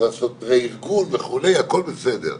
הכול בסדר.